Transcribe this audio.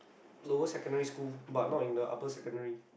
lower secondary school but not in the upper secondary